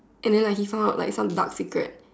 and then like he found out like some dark secrets